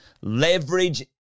leverage